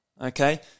Okay